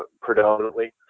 predominantly